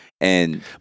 And-